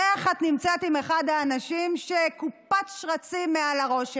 איך את נמצאת עם אחד האנשים שקופת שרצים מעל הראש שלו?